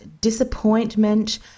disappointment